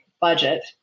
budget